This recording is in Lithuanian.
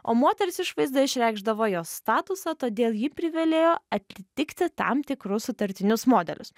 o moters išvaizda išreikšdavo jos statusą todėl ji privalėjo atitikti tam tikrus sutartinius modelius